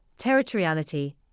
territoriality